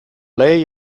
lei